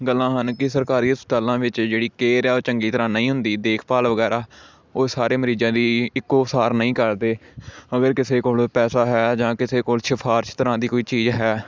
ਗੱਲਾਂ ਹਨ ਕਿ ਸਰਕਾਰੀ ਹਸਪਤਾਲਾਂ ਵਿੱਚ ਜਿਹੜੀ ਕੇਅਰ ਹੈ ਉਹ ਚੰਗੀ ਤਰ੍ਹਾਂ ਨਹੀਂ ਹੁੰਦੀ ਦੇਖ ਭਾਲ ਵਗੈਰਾ ਉਹ ਸਾਰੇ ਮਰੀਜ਼ਾਂ ਦੀ ਇੱਕੋ ਸਾਰ ਨਹੀਂ ਕਰਦੇ ਅਗਰ ਕਿਸੇ ਕੋਲ ਪੈਸਾ ਹੈ ਜਾਂ ਕਿਸੇ ਕੋਲ ਸਿਫ਼ਾਰਸ਼ ਤਰ੍ਹਾਂ ਦੀ ਕੋਈ ਚੀਜ਼ ਹੈ